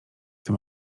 tym